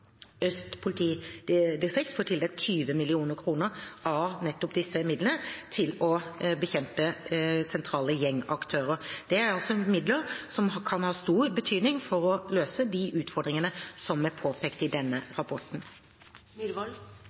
Øst politidistrikt får tildelt 20 mill. kr av nettopp disse midlene til å bekjempe sentrale gjengaktører. Det er altså midler som kan ha stor betydning for å løse de utfordringene som er påpekt i denne rapporten.